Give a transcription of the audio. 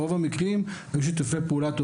ברוב המקרים הם שותפי פעולה טובים,